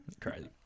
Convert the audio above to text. Crazy